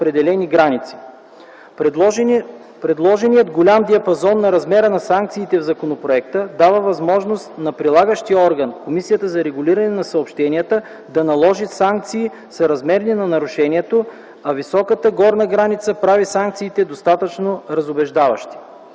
Предложеният голям диапазон на размера на санкциите в законопроекта дава възможност на прилагащия орган – Комисията за регулиране на съобщенията, да наложи санкции, съразмерни на нарушението, а високата горна граница прави санкциите достатъчно разубеждаващи.